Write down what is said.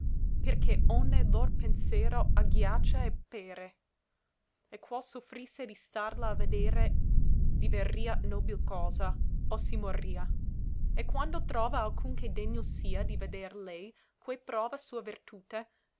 che onne lor pensero agghiaccia e père e qual soffrisse di starla a vedere diverria nobil cosa o si morria e quando trova alcun che degno sia di veder lei quei prova sua vertute